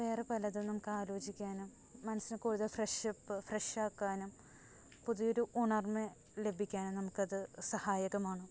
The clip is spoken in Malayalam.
വേറെ പലതും നമുക്കാലോചിക്കാനും മനസ്സിനൊക്കെയൊരു ഫ്രഷപ് ഫ്രഷാക്കാനും പുതിയൊരു ഉണർമ ലഭിക്കാനും നമുക്കത് സഹായകമാണ്